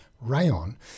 rayon